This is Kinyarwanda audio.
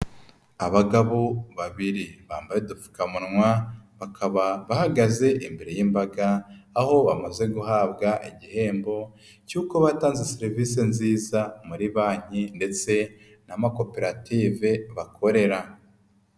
Abagabo babiri bambaye udupfukamunwa bakaba bahagaze imbere y'imbaga, aho bamaze guhabwa igihembo cy'uko batanze serivisi nziza muri banki ndetse n'amakoperative bakorera.